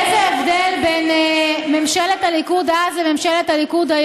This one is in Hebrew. איזה הבדל בין ממשלת הליכוד אז לבין